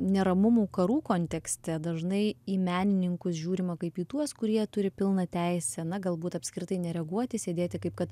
neramumų karų kontekste dažnai į menininkus žiūrima kaip į tuos kurie turi pilną teisę na galbūt apskritai nereaguoti sėdėti kaip kad